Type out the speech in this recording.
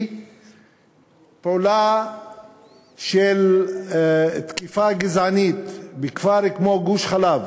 פעולה של תקיפה גזענית בכפר כמו גוש-חלב